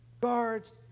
guards